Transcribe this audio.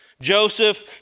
Joseph